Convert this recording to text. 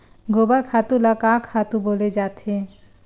गोबर खातु ल का खातु बोले जाथे?